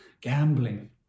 gambling